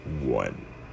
one